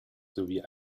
sowie